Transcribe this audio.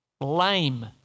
Lame